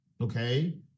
okay